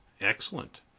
Excellent